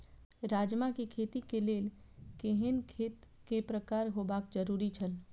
राजमा के खेती के लेल केहेन खेत केय प्रकार होबाक जरुरी छल?